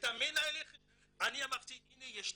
אמרתי "יש תכנית"